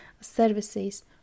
services